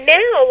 now